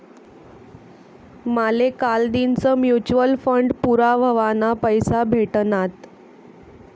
माले कालदीनच mutual fund पूरा व्हवाना पैसा भेटनात